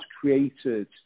created